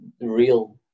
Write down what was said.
real